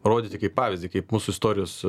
rodyti kaip pavyzdį kaip mūsų istorijos